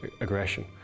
aggression